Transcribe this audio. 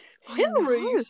Hillary